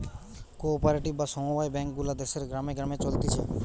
co operative বা সমব্যায় bank গুলা দেশের গ্রামে গ্রামে চলতিছে